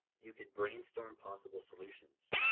you can brainstorm possible solutions,